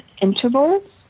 intervals